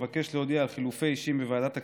אבקש להודיע על חילופי אישים בוועדת הכספים: